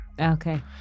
Okay